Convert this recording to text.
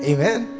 Amen